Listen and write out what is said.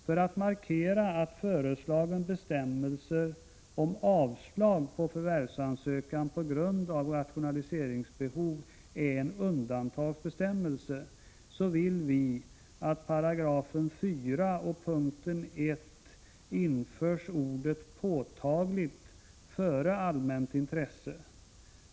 För att markera att föreslagen bestämmelse om avslag av förvärvsansökan på grund av rationaliseringsbehov är en undantagsbestämmelse vill vi i 4 § punkt 1 införa ordet ”påtagligt” före ”allmänt intresse”.